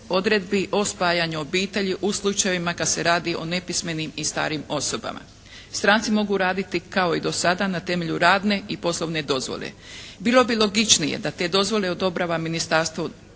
odredbi o spajanju obitelji u slučajevima kad se radi o nepismenim i starim osobama. Stranci mogu raditi kao i do sada na temelju radne i poslovne dozvole. Bilo bi logičnije da te dozvole odobrava ministarstvo